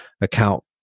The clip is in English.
account